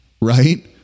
right